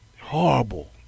Horrible